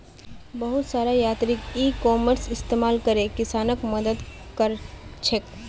बहुत सारा यांत्रिक इ कॉमर्सेर इस्तमाल करे किसानक मदद क र छेक